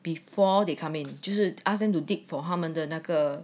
before they come in 就是 ask them to dig for 他们的那个